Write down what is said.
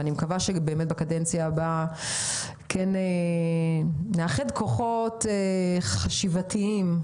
ואני מקווה שבקדנציה הבאה כן נאחד כוחות חשיבתיים,